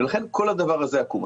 ולכן כל הדבר הזה עקום.